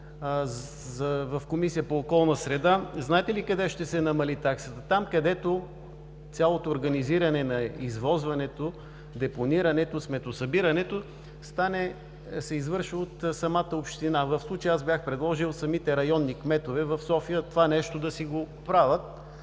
в Комисията по околна среда. Знаете ли къде ще се намали таксата? Там, където цялото организиране на извозването, депонирането, сметосъбирането се извършва от самата община. В случая бях предложил самите районни кметове в София това нещо да си го правят.